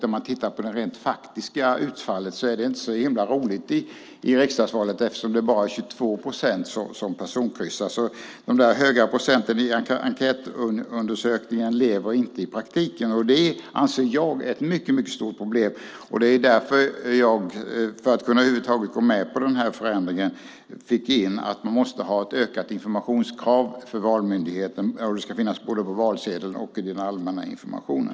När man tittar på det rent faktiska utfallet i riksdagsvalet är det inte så himla roligt eftersom det bara är 22 procent som personkryssar. De höga procenten i enkätundersökningen lever inte i praktiken. Det anser jag är ett mycket stort problem. Det är därför jag, för att över huvud taget kunna gå med på den här förändringen, fått in att man måste ha ett ökat informationskrav på Valmyndigheten. Det ska finnas information både på valsedeln och i den allmänna informationen.